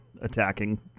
attacking